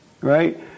right